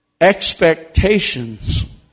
Expectations